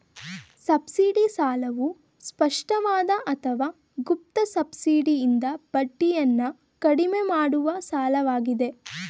subsidy ಸಾಲವು ಸ್ಪಷ್ಟವಾದ ಅಥವಾ ಗುಪ್ತ ಸಬ್ಸಿಡಿಯಿಂದ ಬಡ್ಡಿಯನ್ನ ಕಡಿಮೆ ಮಾಡುವ ಸಾಲವಾಗಿದೆ